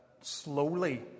slowly